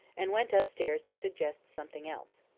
and went upstairs to suggest something else.